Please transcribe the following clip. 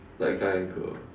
like guy and girl